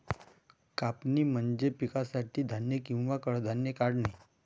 कापणी म्हणजे पिकासाठी धान्य किंवा कडधान्ये काढणे